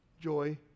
joy